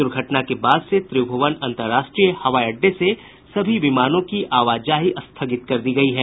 दुर्घटना के बाद से त्रिभुवन अंतर्राष्ट्रीय हवाई अड्डे से सभी विमानों की आवाजाही स्थगित कर दी गई है